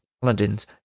paladins